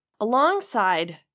Alongside